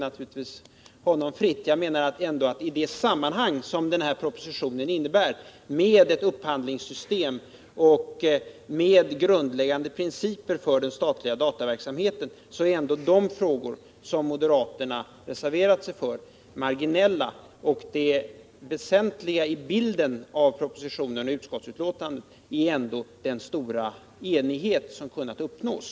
Jag menar att i samband med den här propositionen, som behandlar ett upphandlingssystem och grundläggande principer för den statliga dataverksamheten, är ändå de frågor där moderaterna reserverat sig marginella. Det väsentliga i bilden av propositionen och utskottsbetänkandet är ändå den stora enighet som kunnat uppnås.